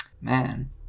Man